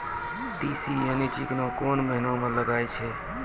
तीसी यानि चिकना कोन महिना म लगाय छै?